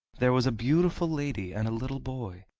there was a beautiful lady and a little boy.